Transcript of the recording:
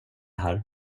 här